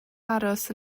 aros